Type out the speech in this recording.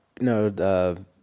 No